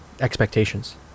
expectations